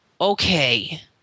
okay